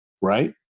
right